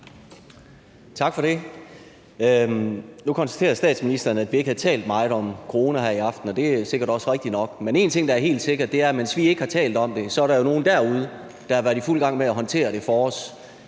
Tak for det. Nu konstaterer statsministeren, at vi ikke har talt meget om corona her i aften, og det er sikkert også rigtigt nok, men én ting, der er helt sikkert, er, at mens vi ikke har talt om det, er der nogen derude, der har været i fuld gang med at håndtere det for os.